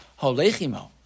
Holechimo